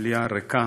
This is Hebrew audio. המליאה ריקה.